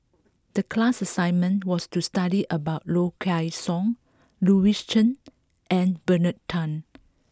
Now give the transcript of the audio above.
the class assignment was to study about Low Kway Song Louis Chen and Bernard Tan